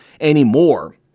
anymore